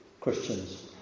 Christians